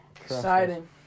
Exciting